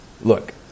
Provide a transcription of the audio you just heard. Look